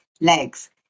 legs